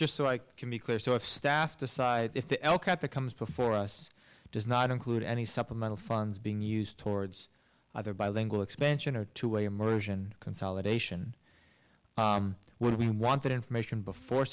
just so i can be clear so if staff decides if the l crap that comes before us does not include any supplemental funds being used towards either bilingual expansion or to a immersion consolidation where we want that information before